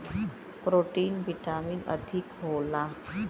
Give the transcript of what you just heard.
protein vitamin अधिक होला